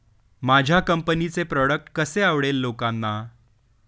माझ्या कंपनीचे प्रॉडक्ट कसे आवडेल लोकांना?